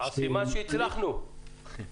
סימן שהצלחנו.